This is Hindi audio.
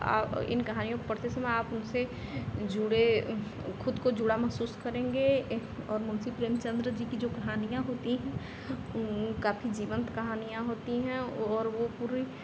आ इन कहानियों के परिपेक्ष में आप पूछे जुड़े खुद को जुड़ा महसूस करेंगे और मुंशी प्रेमचन्द जी की जो कहानियाँ होती हैं उन काफ़ी जीवन्त कहानियाँ होती हैं और वह पूरी